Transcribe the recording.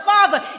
Father